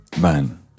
Man